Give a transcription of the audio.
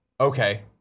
Okay